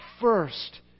first